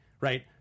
right